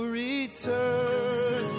return